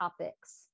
topics